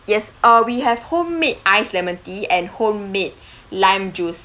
yes uh we have homemade ice lemon tea and homemade lime juice